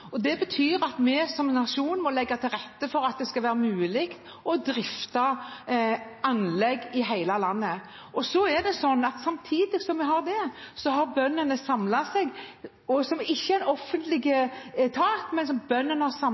Det betyr at vi som nasjon må legge til rette for at det skal være mulig å drifte anlegg i hele landet. Samtidig som vi har det, har bøndene samlet seg i virksomheter som TINE og Nortura, som ikke er offentlige etater, men som